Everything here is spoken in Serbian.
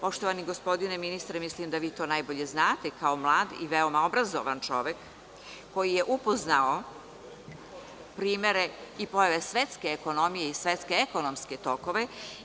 Poštovani gospodine ministre, mislim da vi to najbolje znate, kao mlad i veoma obrazovan čovek, koji je upoznao primere i pojave svetske ekonomije i svetske ekonomske tokove.